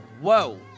Whoa